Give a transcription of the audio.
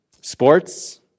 sports